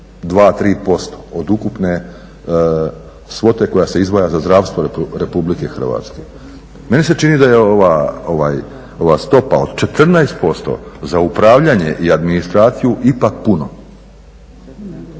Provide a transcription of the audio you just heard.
2, 3% od ukupne svote koja se izdvaja za zdravstvo Republike Hrvatske. Meni se čini da je ova stopa od 14% za upravljanje i administraciju ipak puno.